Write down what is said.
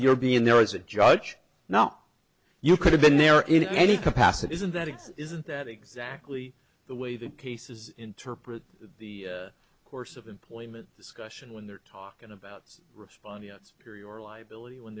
your being there as a judge now you could have been there in any capacity isn't that it's isn't that exactly the way the cases interpret the course of employment discussion when they're talking about respondents here your liability when